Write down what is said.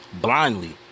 blindly